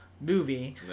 movie